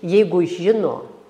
jeigu žino